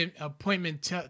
appointment